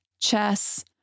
chess